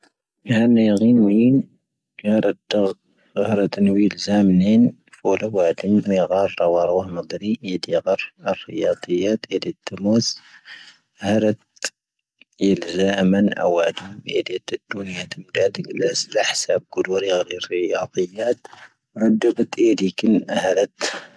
ⵀⴻⵉⵏ ⵢⴻⵀⵉⵏ ⵡⵉⵏ ⵜⴰⵔⴰⵜ ⵜⴰⴳⵍⵉⵣ ⵜⴰⵀ ⵜⴻⵍⵡⵉⵏ ⵣⴰⵎⵏⵉ ⵡⴰⵍⴰ ⵡⴰⴷⵉⵏ ⵎⵉⴳⴰⵀⵀⴰⵔⵔⴰ ⵡⴻⵍⵡⴰ ⵎⴰⴷⵉⵏⴻⵜⵜⵉ ⴳⴰⵀⵔ ⵢⴰⵜⵉ ⵢⴰⵜⵜⴻⵍⵉⵣ ⵜⴰⵎⴰⵙ ⵀⴰⵔⴰⵜ ⵢⵉⵍ ⵣⴰⵎⴰⵏ ⴰⵡⴰⴷⴻⵎ ⵢⴻⵜⵜⵉ ⴷⵓⵎ ⵢⴻⵜⵉⵜⴰ ⴷⵉⴳⵍⴰ ⵙⴰⵎ ⴰⵀⵙⴰⴱ ⴰⴷⵉⵍⵍⴰⴰⵜ ⴻⴷⵉⵇⵉⵏ ⴰⵀⴰⵔⴰⵜ